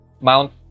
Mount